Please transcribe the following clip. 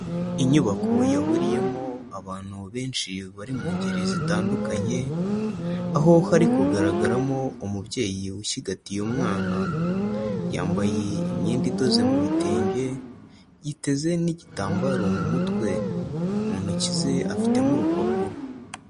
Inyubako yahuriyemo abantu benshi bari mu ngeri zitandukanye, aho hari kugaragaramo umubyeyi ucigatiye umwana, yambaye imyenda idoze mu bitenge, giteze n'igitambaro mu mutwe, mu ntoki ze afitemo urupapuro.